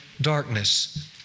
darkness